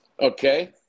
Okay